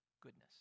goodness